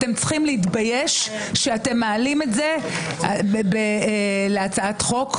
אתם צריכים להתבייש שאתם מעלים את זה כהצעת חוק.